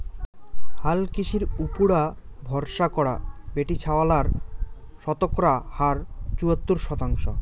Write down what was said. হালকৃষির উপুরা ভরসা করা বেটিছাওয়ালার শতকরা হার চুয়াত্তর শতাংশ